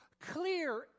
clear